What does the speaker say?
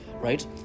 right